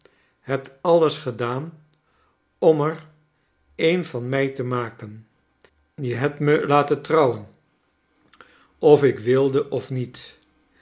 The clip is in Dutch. hebt alles gedaan om er een van mij te maken je hebt me laten trouwen of ik wilde of niet